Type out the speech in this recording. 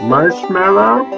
Marshmallow